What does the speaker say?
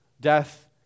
death